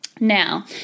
Now